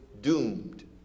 doomed